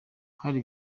hari